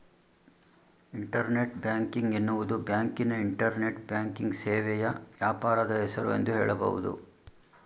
internet banking ಎನ್ನುವುದು ಬ್ಯಾಂಕಿನ internet banking ಸೇವೆಯ ವ್ಯಾಪಾರದ ಹೆಸರು ಎಂದು ಹೇಳಬಹುದು